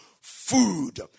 food